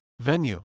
venue